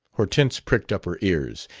hortense pricked up her ears.